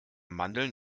mandeln